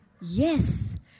Yes